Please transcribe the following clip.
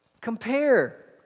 Compare